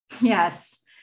Yes